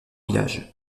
village